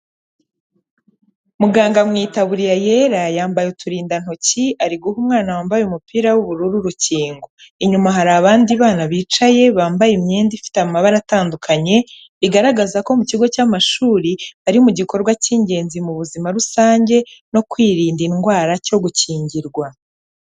Muganga mu itaburiya yera, yambaye uturindantoki, ari guha umwana wambaye umupira w'ubururu urukingo, inyuma hari abandi bana bicaye, bambaye imyenda ifite amabara atandukanye, bigaragaza ko mu kigo cy'amashuri bari mu gikorwa cy'ingenzi mu buzima rusange no kwirinda indwara cyo gukingirwa.